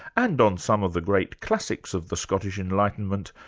and on some of the great classics of the scottish enlightenment,